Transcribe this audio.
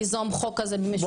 ליזום חוק כזה במשותף ולדחוף.